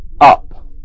up